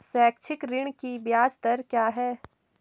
शैक्षिक ऋण की ब्याज दर क्या है?